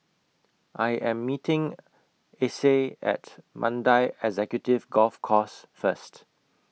I Am meeting Acey At Mandai Executive Golf Course First